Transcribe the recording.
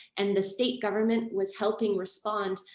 and the state government was helping respond.